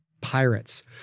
Pirates